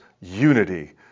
unity